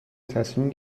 تصمیم